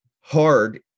hard